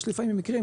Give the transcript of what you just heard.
יש לפעמים מקרים.